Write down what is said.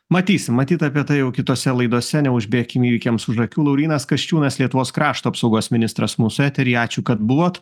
matysim matyt apie tai jau kitose laidose neužbėkim įvykiams už akių laurynas kasčiūnas lietuvos krašto apsaugos ministras mūsų eteryje ačiū kad buvot